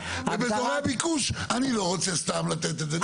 ובאזורי ביקוש אני לא רוצה סתם לתת את זה.